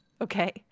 okay